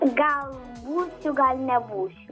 gal būsiu gal nebūsiu